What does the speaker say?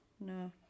no